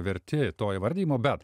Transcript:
verti to įvardijimo bet